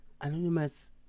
Anonymous